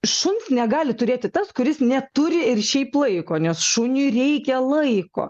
šuns negali turėti tas kuris neturi ir šiaip laiko nes šuniui reikia laiko